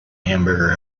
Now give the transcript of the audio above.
hamburger